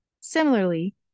Similarly